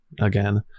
again